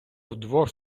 вдвох